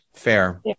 Fair